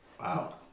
Wow